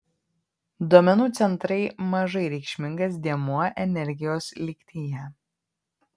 duomenų centrai mažai reikšmingas dėmuo energijos lygtyje